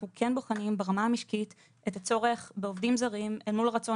אנחנו כן בוחנים ברמה המשקית את הצורך בעובדים זרים אל מול הרצון